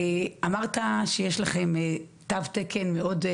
אמרת שיש לכם תו תקן מאוד,